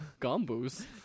gombos